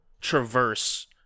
traverse